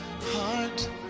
heart